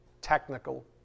technical